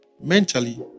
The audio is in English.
mentally